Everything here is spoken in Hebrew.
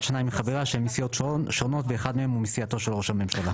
שניים מחבריה שהם מסיעות שונות ואחד מהם הוא מסיעתו של ראש הממשלה'.